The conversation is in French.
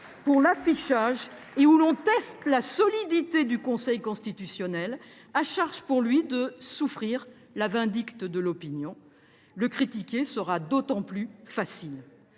pour l’affichage et où l’on teste la solidité du Conseil constitutionnel, à charge pour lui de souffrir la vindicte de l’opinion. Le critiquer sera d’autant plus facile